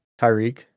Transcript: Tyreek